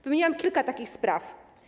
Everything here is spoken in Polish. Wymieniłam kilka takich spraw.